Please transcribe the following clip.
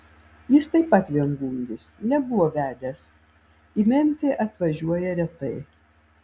jis taip pat viengungis nebuvo vedęs į memfį atvažiuoja retai